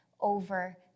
over